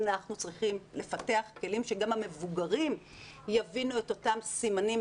אנחנו צריכים לפתח כלים שגם המבוגרים יבינו את אותם סימנים,